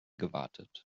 gewartet